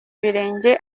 ibirenge